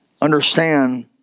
understand